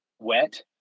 wet